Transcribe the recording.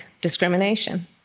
discrimination